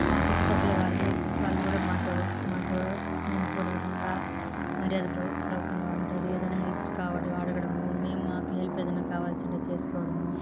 మా చుట్టుపక్కల వాళ్ళు వాళ్లు కూడా మాతో మాతో స్నేహపూర్వకంగా మర్యాద పూర్వ పూర్వకంగా ఉంటాది ఏదన్న హెల్ప్స్ కావాలి అడగడము మేం మాకు హెల్ప్ ఏదన్న కావాల్సింటే చేసుకోవడము